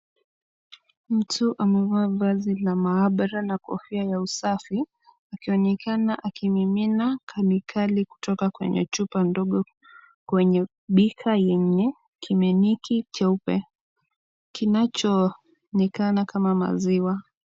Mtu amevaa vazi la maabara na kofia ya usafi akionekana akimimina kemikali kutoka kwenye chupa ndogo kwenye bika yenye kiminiki cheupe kinachoonekana kama maziwa.